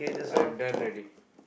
I'm done already